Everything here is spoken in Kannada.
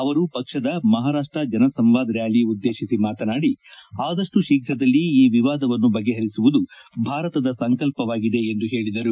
ಅವರು ಪಕ್ಷದ ಮಹಾರಾಷ್ಟ ಜನಸಂವಾದ್ ರ್ಕಾಲಿ ಉದ್ದೇಶಿಸಿ ಮಾತನಾಡಿ ಆದಷ್ಟು ಶೀಘದಲ್ಲಿ ಈ ವಿವಾದವನ್ನು ಬಗೆಪರಿಸುವುದು ಭಾರತದ ಸಂಕಲ್ಪವಾಗಿದೆ ಎಂದು ಹೇಳಿದರು